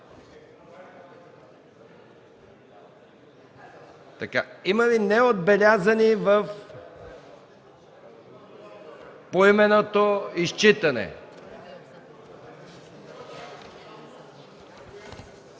Има ли неотбелязани в поименното изчитане?